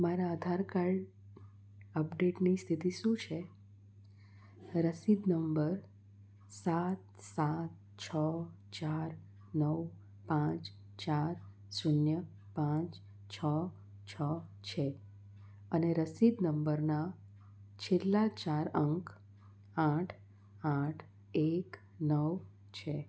મારા આધાર કાર્ડ અપડેટની સ્થિતિ શું છે રસીદ નંબર સાત સાત છ ચાર નવ પાંચ ચાર શૂન્ય પાંચ છ છ છે અને રસીદ નંબરના છેલ્લા ચાર અંક આઠ આઠ એક નવ છે